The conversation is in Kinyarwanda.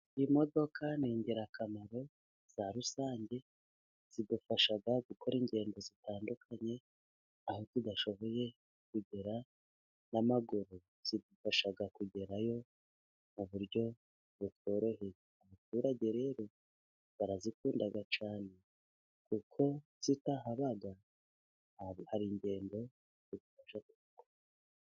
Imodoka ni ingirakamaro za rusange, zigufasha gukora ingendo zitandukanye, aho tudashoboye kugera n'amaguru zigufasha kugerayo mu buryo butworoheye. Abaturage rero barazikunda cyane kuko zitahaba hari ingendo za...